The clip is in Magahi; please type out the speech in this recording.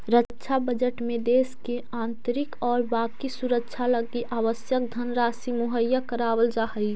रक्षा बजट में देश के आंतरिक और बाकी सुरक्षा लगी आवश्यक धनराशि मुहैया करावल जा हई